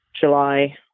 July